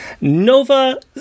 Nova